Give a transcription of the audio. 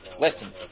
Listen